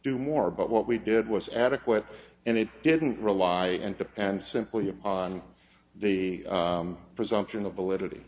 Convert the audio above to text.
do more but what we did was adequate and it didn't rely and and simply upon the presumption ability